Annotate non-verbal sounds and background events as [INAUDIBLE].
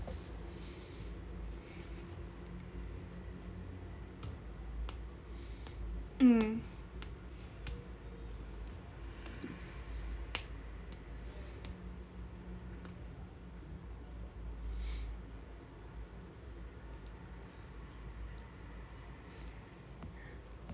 [BREATH] mm [BREATH] [BREATH]